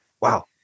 wow